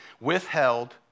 withheld